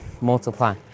multiply